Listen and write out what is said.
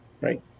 Right